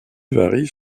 varient